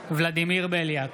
ולדימיר בליאק,